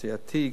סיעתי,